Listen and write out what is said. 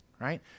right